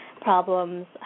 problems